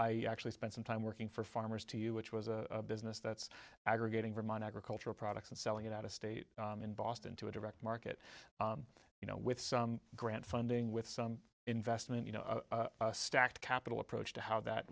i actually spent some time working for farmers to you which was a business that's aggregating from an agricultural products and selling it out of state in boston to a direct market you know with some grant funding with some investment you know a stacked capital approach to how that